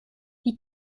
wie